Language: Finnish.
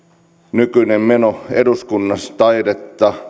nykyinen meno eduskunnassa taidetta kesäteatteria